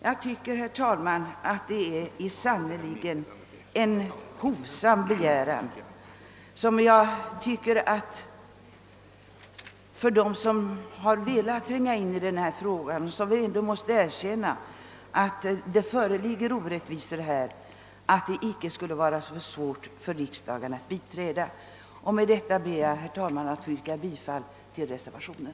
Jag tycker, herr talman, att det sannerligen är en hovsam begäran. De som velat tränga in i denna fråga måste väl erkänna att här föreligger orättvisor, och därför bör de kunna biträda vårt yrkande. Med detta ber jag att få yrka bifall till reservationen.